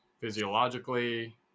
physiologically